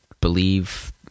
believe